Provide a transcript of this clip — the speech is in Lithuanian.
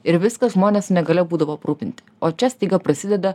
ir viskas žmonės su negalia būdavo aprūpinti o čia staiga prasideda